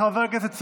חבר הכנסת סובה,